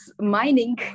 mining